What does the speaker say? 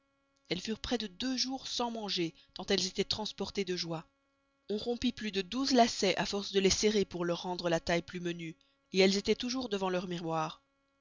elles furent prés de deux jours sans manger tant elles estoient transportées de joye on rompit plus de douze lacets à force de les serrer pour leur rendre la taille plus menuë elles estoient toûjours devant leur miroir